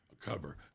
cover